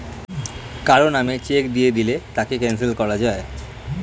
কারো নামে চেক দিয়ে দিলে তাকে ক্যানসেল করা যায়